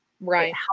Right